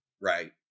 right